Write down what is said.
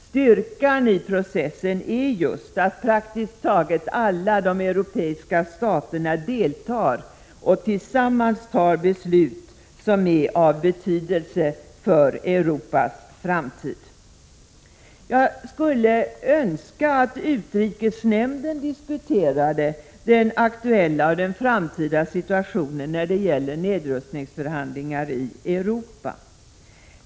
Styrkan i ESK-processen är just att praktiskt taget alla de europeiska staterna deltar och tillsammans fattar beslut som är av betydelse för Europas framtid. Jag skulle önska att utrikesnämnden diskuterade den aktuella och framtida situationen när det gäller nedrustningsförhandlingar i Europa.